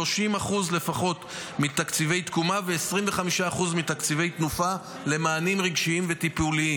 30% לפחות מתקציבי תקומה ו-25% מתקציבי תנופה למענים רגשיים וטיפוליים.